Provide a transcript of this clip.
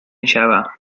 شوم